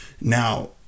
now